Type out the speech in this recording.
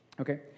Okay